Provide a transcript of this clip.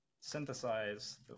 synthesize